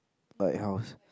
like house